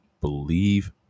believe